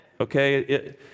okay